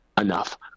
enough